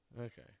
Okay